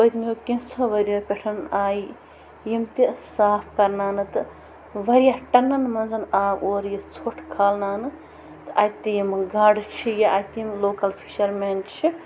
پٔتمیو کینٛژھَو ؤرۍ یَو پٮ۪ٹھ آیہِ یِم تہِ صاف کرناونہٕ تہٕ واریاہ ٹَنَن منٛز آو یہِ ژھوٹ کھالناونہٕ تہٕ اتہِ تہِ یِمہٕ گاڈٕ چھِ یا اَتہِ تہِ یِم لوکَل فِشَر مین چھِ